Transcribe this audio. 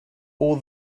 all